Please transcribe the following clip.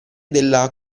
della